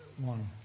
one